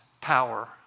power